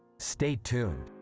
stay tuned.